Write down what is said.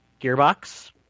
Gearbox